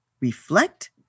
reflect